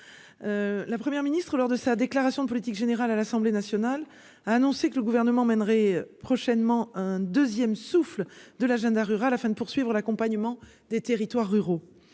la première ministre lors de sa déclaration de politique générale à l'Assemblée nationale, a annoncé que le gouvernement mènerait prochainement un 2ème souffle de l'agenda rural afin de poursuivre l'accompagnement des territoires ruraux